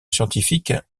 scientifique